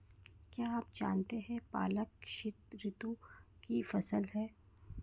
क्या आप जानते है पालक शीतऋतु की फसल है?